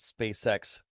SpaceX